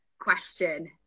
question